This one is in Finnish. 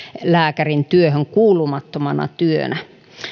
lääkärintyöhön kuulumattomana työnä